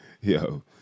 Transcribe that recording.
yo